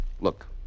Look